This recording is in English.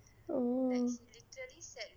oh